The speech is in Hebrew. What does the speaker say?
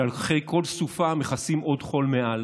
שאחרי כל סופה מכסים עם עוד חול מעל,